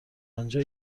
آنجا